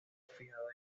fijado